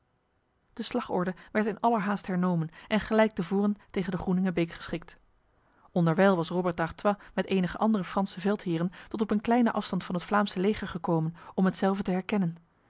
de slagorde werd in allerhaast hernomen en gelijk tevoren tegen de groeningebeek geschikt onderwijl was robert d'artois met enige andere franse veldheren tot op een kleine afstand van het vlaamse leger gekomen om hetzelve te herkennen